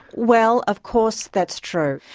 well, of course that's true.